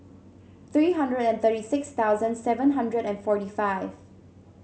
three hundred and thirty six thousand seven hundred and forty five